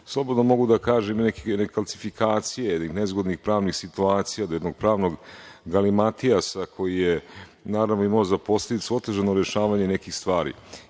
slobodno mogu da kažem nekih nezgodnih pravnih situacija do jednog pravnog galimatijasa koji je naravno imao za posledicu otežano rešavanje nekih stvari.U